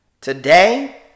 Today